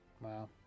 Wow